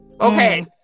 Okay